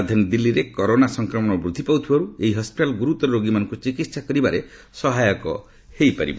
ରାଜଧାନୀ ଦିଲ୍ଲୀରେ କରୋନା ସଂକ୍ରମଣ ବୂଦ୍ଧି ପାଉଥିବାରୁ ଏହି ହସ୍ପିଟାଲ ଗୁରୁତର ରୋଗୀମାନଙ୍କୁ ଚିକିସ୍ଥା କରିବାରେ ସହାୟକ ହୋଇପାରିବ